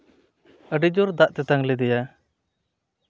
ᱟᱹᱰᱤ ᱡᱳᱨ ᱫᱟᱜ ᱛᱮᱛᱟᱝ ᱞᱮᱫᱮᱭᱟ